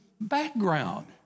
background